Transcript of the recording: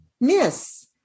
miss